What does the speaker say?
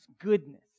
Goodness